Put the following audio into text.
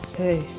hey